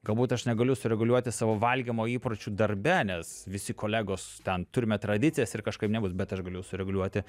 galbūt aš negaliu sureguliuoti savo valgymo įpročių darbe nes visi kolegos ten turime tradicijas ir kažkaip nebus bet aš galiu sureguliuoti